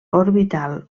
orbital